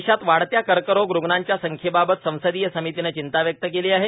देशात वाढत्त्या कर्करोग रूग्णांच्या संख्येबाबत संसदीय समितीनं चिंता व्यक्त केली आहे